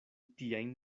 tiajn